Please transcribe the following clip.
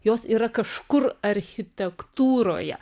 jos yra kažkur architektūroje